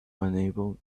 unable